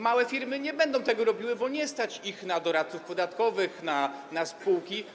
Małe firmy nie będą tego robiły, bo nie stać ich na doradców podatkowych, na spółki.